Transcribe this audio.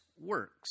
works